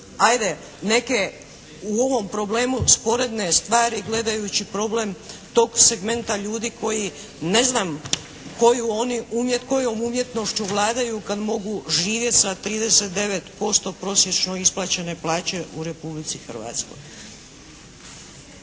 ajde neke u ovom problemu sporedne stvari gledajući problem tog segmenta ljudi koji ne znam kojom umjetnošću vladaju kad mogu živjeti sa 39% prosječno isplaćene plaće u Republici Hrvatskoj.